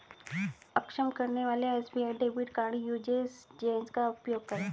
अक्षम करने वाले SBI debit card usage change का उपयोग करें